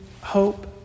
hope